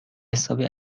حسابی